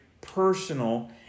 personal